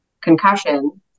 concussion